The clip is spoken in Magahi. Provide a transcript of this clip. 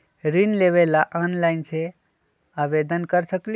ऋण लेवे ला ऑनलाइन से आवेदन कर सकली?